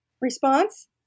response